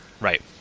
Right